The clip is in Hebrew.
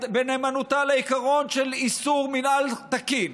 בנאמנותה לעיקרון של איסור מינהל תקין,